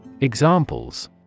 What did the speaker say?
Examples